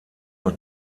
nur